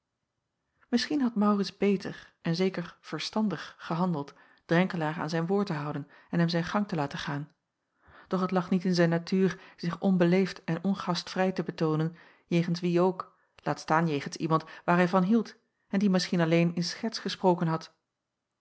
misschien had maurits beter en zeker verstandig gehandeld drenkelaer aan zijn woord te houden en hem zijn gang te laten gaan doch het lag niet in zijn natuur zich onbeleefd en ongastvrij te betoonen jegens wie ook laat staan jegens iemand waar hij van hield en die misschien alleen in scherts gesproken had